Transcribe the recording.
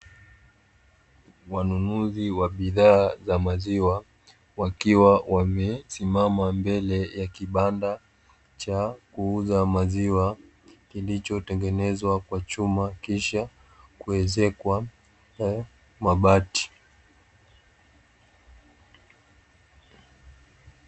Wanunuzi wa bidhaa za maziwa wakiwa wamesimama mbele ya kibanda cha kuuza maziwa, kilichotengenezwa kwa chuma na kisha kuezekwa mabati.